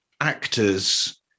actors